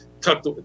tucked